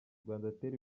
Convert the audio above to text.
rwandatel